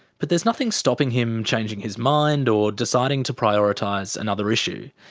but there's nothing stopping him changing his mind or deciding to prioritise another issue.